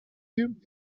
you